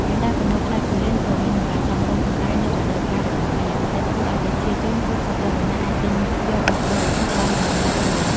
មិនតែប៉ុណ្ណោះ ផ្លែគូលែនក៏មាន តម្លៃសមរម្យ ផងដែរនៅរដូវកាលរបស់វា ដែលធ្វើឲ្យប្រជាជនគ្រប់ស្រទាប់វណ្ណៈអាចទិញយកមកបរិភោគបានដោយងាយស្រួល។